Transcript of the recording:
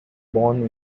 born